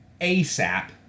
ASAP